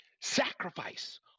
Sacrifice